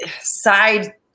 side